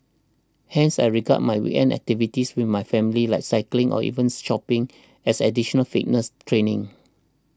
hence I regard my weekend activities with my family like cycling or even shopping as additional fitness training